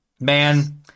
man